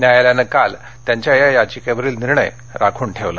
न्यायालयानं काल त्यांच्या या याचिकेवरील निर्णय राखून ठेवला